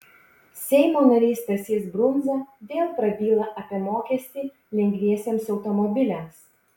seimo narys stasys brundza vėl prabyla apie mokestį lengviesiems automobiliams